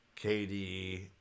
KD